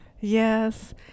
Yes